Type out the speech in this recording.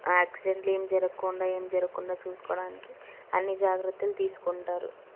ఆక్సిడెంట్లు ఏం జరగక్కుండా ఏం జరగకుండా చూసుకోవడానికి అన్ని జాగ్రత్తలు తీసుకుంటారు